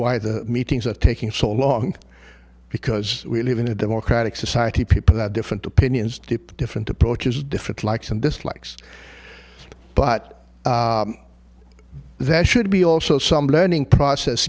why the meetings are taking so long because we live in a democratic society people have different opinions deep different approaches different likes and dislikes but there should be also some learning process